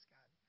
God